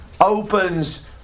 opens